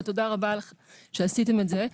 ותודה רבה שעשיתם את זה.